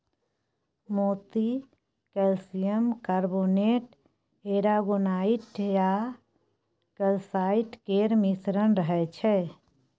मोती calcium carbonate, aragonite आ calcite केर मिश्रण रहय छै